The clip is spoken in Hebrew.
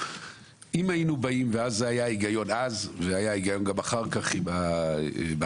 גם אם זה סבסוד אז לפתרונות של הפרדה במקור - בהיטל הטמנה.